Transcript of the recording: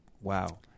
wow